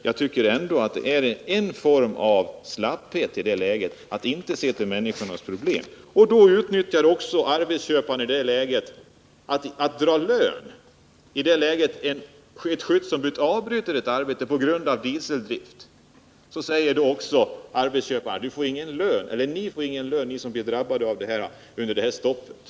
Jag tycker ändå att det är en form av slapphet att inte i det läget se till människorna och deras problem. Till sist: I det läget då ett skyddsombud avbryter ett arbete på grund av dieseldrift säger arbetsköparen: Ni som drabbas av det här stoppet får ingen lön!